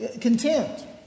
content